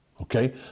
okay